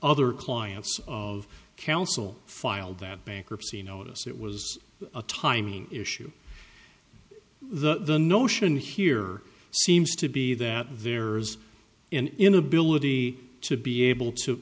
other clients of counsel filed that bankruptcy notice it was a timing issue the notion here seems to be that there's inability to be able to